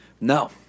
No